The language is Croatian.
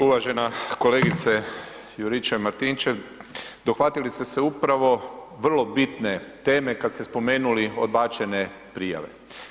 Uvažena kolegice Juričev Martinčev, dohvatili ste se upravo vrlo bitne teme kad ste spomenuli odbačene prijave.